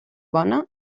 bona